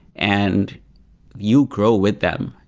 and you grow with them.